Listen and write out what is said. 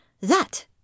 That